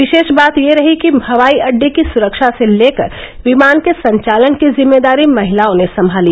विशेष बात यह रही कि हवाई अड्डे की सुरक्षा से लेकर विमान के संचालन की जिम्मेदारी महिलाओं ने संभाली